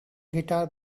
guitar